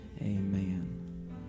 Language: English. Amen